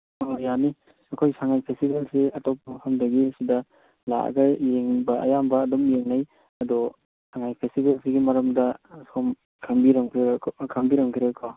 ꯍꯣꯏ ꯌꯥꯅꯤ ꯑꯩꯈꯣꯏ ꯁꯉꯥꯏ ꯐꯦꯇꯤꯚꯜꯁꯦ ꯑꯇꯣꯞꯄ ꯃꯐꯝꯗꯒꯤ ꯁꯤꯗ ꯂꯥꯛꯑꯒ ꯌꯦꯡꯕ ꯑꯌꯥꯝꯕ ꯑꯗꯨꯝ ꯌꯦꯡꯅꯩ ꯑꯗꯣ ꯁꯉꯥꯏ ꯐꯦꯁꯇꯤꯚꯦꯜꯁꯤꯒꯤ ꯃꯔꯝꯗ ꯑꯁꯣꯝ ꯈꯪꯕꯤꯔꯝꯈꯤꯔꯣꯏ ꯀꯣ